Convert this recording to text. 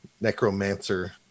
Necromancer